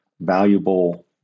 valuable